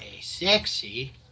sexy